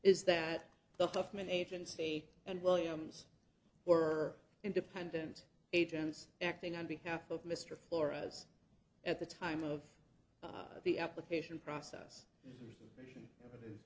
is that the government agency and williams were independent agents acting on behalf of mr flores at the time of the application process